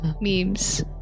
Memes